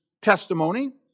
testimony